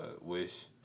Wish